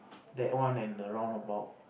that one and the roundabout